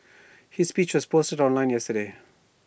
his speech was posted online yesterday